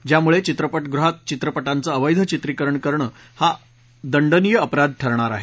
ज्यामुळे चित्रपटगृहात चित्रपटांचं अवैध चित्रिकरण हा दंडनीय अपराध ठरणार आहे